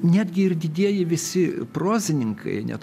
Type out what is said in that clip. netgi ir didieji visi prozininkai net